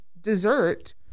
dessert